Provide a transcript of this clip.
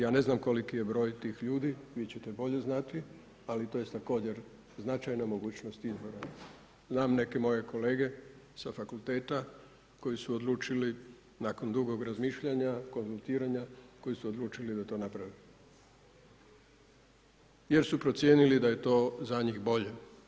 Ja ne znam koliki je broj tih ljudi, vi ćete bolje znati, ali to je također značajna mogućnost … [[ne razumije se]] Znam neke moje kolege sa fakulteta koji su odlučili nakon dugog razmišljanja, konzultiranja, koji su odlučili da to naprave jer su procijenili da je to za njih bolje.